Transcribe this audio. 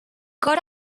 got